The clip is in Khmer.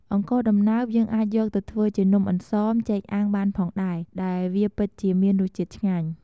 អង្ករដំណើប យើងអាចយកទៅធ្វើជានំអន្សមចេកអាំងបានផងដែរ ដែលវាពិតជាមានរសជាតិឆ្ងាញ់។